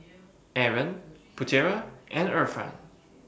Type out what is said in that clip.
Aaron Putera and Irfan